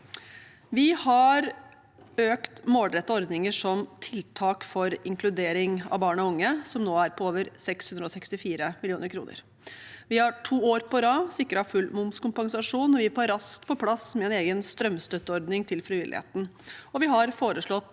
til målrettede ordninger, som tiltak for inkludering av barn og unge, og den er nå på over 664 mill. kr. Vi har to år på rad sikret full momskompensasjon, vi var raskt på plass med en egen strømstøtteordning til frivilligheten, og vi har foreslått